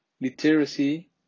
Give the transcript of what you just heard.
literacy